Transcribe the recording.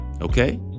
okay